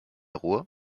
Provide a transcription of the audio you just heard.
ruhr